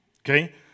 Okay